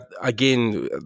again